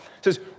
says